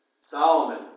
Solomon